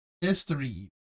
History